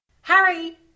Harry